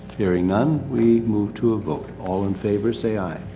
hearing none, we move to a vote. all in favor, say aye.